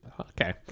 Okay